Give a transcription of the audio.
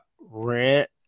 rent